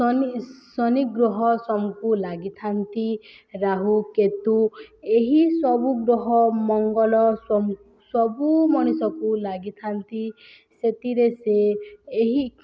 ଶନି ଶନି ଗୃହକୁ ଲାଗିଥାନ୍ତି ରାହୁ କେତୁ ଏହି ସବୁ ଗ୍ରହ ମଙ୍ଗଳ ସବୁ ମଣିଷକୁ ଲାଗିଥାନ୍ତି ସେଥିରେ ସେ ଏହି